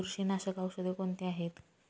बुरशीनाशक औषधे कोणती आहेत?